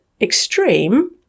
extreme